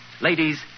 ladies